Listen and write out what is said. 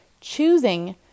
choosing